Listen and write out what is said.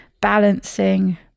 balancing